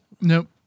Nope